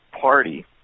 party